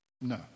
No